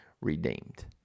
redeemed